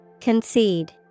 Concede